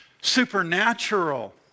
supernatural